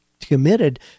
committed